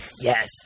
Yes